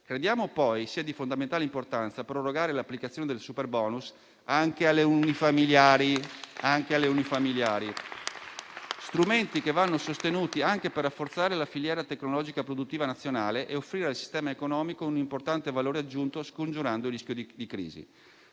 Crediamo poi sia di fondamentale importanza prorogare l'applicazione del superbonus anche agli immobili unifamiliari. Sono strumenti che vanno sostenuti anche per rafforzare la filiera tecnologica e produttiva nazionale e offrire al sistema economico un importante valore aggiunto, scongiurando il rischio di crisi.